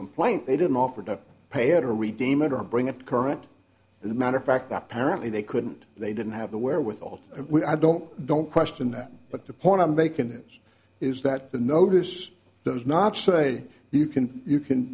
complaint they didn't offer to pay had a retainer bring it current in a matter of fact apparently they couldn't they didn't have the wherewithal i don't don't question that but the point i'm making is is that the notice does not say you can you can